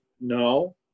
no